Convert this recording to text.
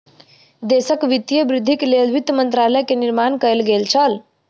देशक वित्तीय वृद्धिक लेल वित्त मंत्रालय के निर्माण कएल गेल छल